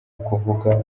kuvuga